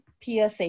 PSA